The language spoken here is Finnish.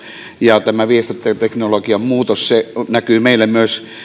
ja tämä viestintäteknologian muutos näkyy meillä myös